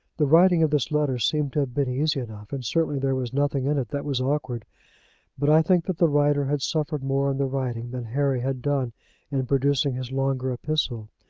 the writing of this letter seemed to have been easy enough, and certainly there was nothing in it that was awkward but i think that the writer had suffered more in the writing than harry had done in producing his longer epistle.